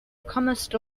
comest